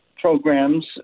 programs